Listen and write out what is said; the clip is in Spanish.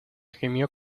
gimió